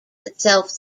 itself